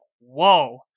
whoa